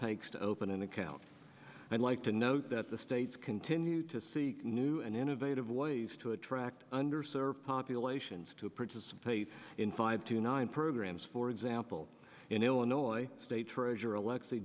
takes to open an account i'd like to note that the states continue to seek new and innovative ways to attract under served populations to participate in five to nine programs for example in illinois state treasurer alexi